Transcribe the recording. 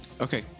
okay